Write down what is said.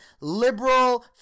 liberal